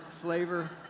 flavor